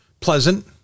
pleasant